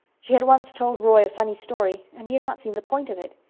she had once told roy a funny story and he had not seen the point of it.